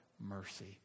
Mercy